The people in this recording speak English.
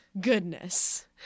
Goodness